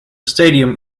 stadium